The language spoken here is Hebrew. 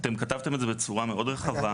אתם כתבתם את זה בצורה מאוד רחבה.